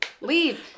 leave